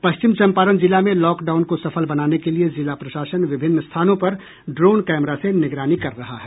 पश्चिम चंपारण जिला मे lockdown को सफल बनाने के लिए जिला प्रशासन विभिन्न स्थानों पर ड्रोन कैमरा से निगरानी कर रहा है